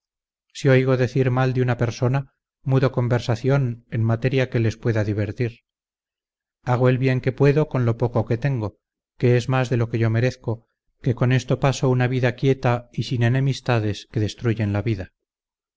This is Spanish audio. si oigo decir mal de una persona mudo conversación en materia que les pueda divertir hago el bien que puedo con lo poco que tengo que es más de lo que yo merezco que con esto paso una vida quieta y sin enemistades que destruyen la vida